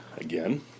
again